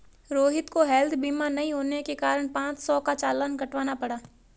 रोहित को हैल्थ बीमा नहीं होने के कारण पाँच सौ का चालान कटवाना पड़ा